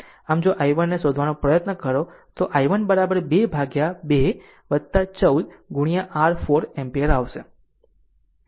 આમ જો i1 ને શોધવાનો પ્રયત્ન કરો તો i1 2 ભાગ્યા 2 14 r 4 એમ્પીયર આવશે